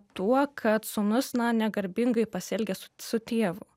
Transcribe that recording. tuo kad sūnus na negarbingai pasielgė su su tėvu